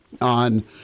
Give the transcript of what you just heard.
on